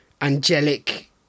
angelic